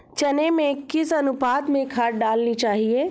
चने में किस अनुपात में खाद डालनी चाहिए?